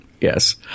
Yes